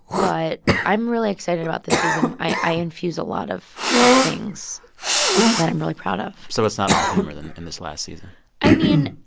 but i'm really excited about this season. i infused a lot of of things that i'm really proud of so it's not all humor in this last season i mean,